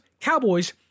Cowboys